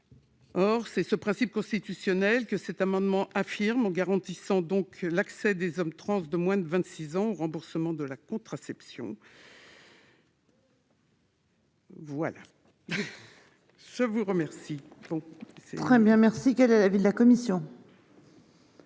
Tel est le principe constitutionnel que cet amendement tend à réaffirmer en garantissant l'accès des hommes trans de moins de 26 ans au remboursement de la contraception. Quel est l'avis